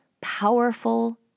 powerful